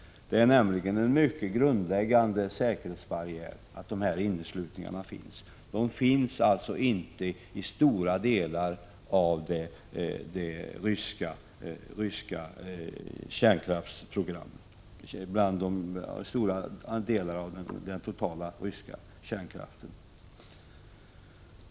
Att dessa inneslutningar finns innebär en mycket grundläggande säkerhetsbarriär. Stora delar av den ryska kärnkraften har nämligen inte dessa inneslutningar.